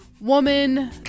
woman